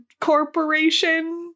corporation